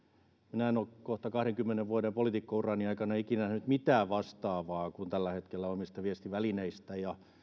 minä en ole kohta kahdenkymmenen vuoden poliitikkourani aikana ikinä nähnyt mitään vastaavaa kun tällä hetkellä omista viestivälineistäni ja